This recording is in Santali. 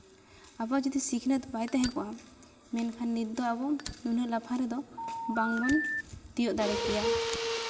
ᱟᱵᱚᱣᱟᱜ ᱡᱩᱫᱤ ᱥᱤᱠᱷᱱᱟᱹᱛ ᱵᱟᱭ ᱛᱟᱦᱮᱸ ᱠᱚᱜᱼᱟ ᱢᱮᱱᱠᱷᱟᱱ ᱱᱤᱛ ᱫᱚ ᱟᱵᱚ ᱩᱱᱟᱹᱜ ᱞᱟᱯᱷᱟᱝ ᱨᱮᱫᱚ ᱵᱟᱝᱵᱚᱱ ᱛᱤᱭᱳᱜ ᱫᱟᱲᱮ ᱠᱮᱭᱟ